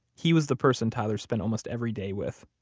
he was the person tyler spent almost every day with.